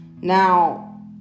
Now